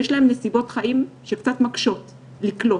יש להם גם נסיבות חיים שקצת מקשות לקלוט.